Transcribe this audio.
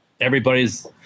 everybody's